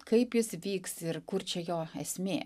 kaip jis vyks ir kur čia jo esmė